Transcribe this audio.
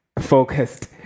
focused